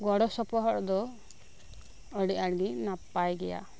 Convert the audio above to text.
ᱜᱚᱲᱚ ᱥᱚᱯᱚᱦᱚᱫ ᱫᱚ ᱟᱹᱰᱤ ᱟᱴ ᱜᱮ ᱱᱟᱯᱟᱭ ᱜᱮᱭᱟ